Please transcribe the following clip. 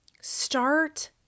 Start